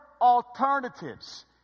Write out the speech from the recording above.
alternatives